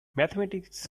mathematics